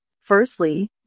Firstly